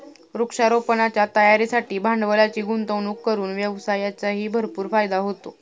वृक्षारोपणाच्या तयारीसाठी भांडवलाची गुंतवणूक करून व्यवसायाचाही भरपूर फायदा होतो